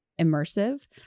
immersive